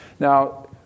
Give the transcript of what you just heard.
Now